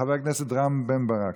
חבר הכנסת רם בן ברק.